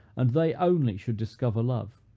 and they only should discover love.